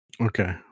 Okay